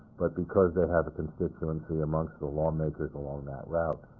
but because they have a constituency amongst the lawmakers along that route,